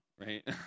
right